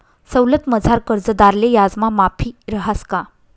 सवलतमझार कर्जदारले याजमा माफी रहास का?